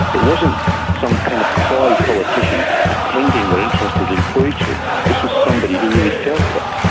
it wasn't some kind of coy politician pretending they're interested in poetry this was somebody who really felt it.